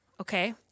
Okay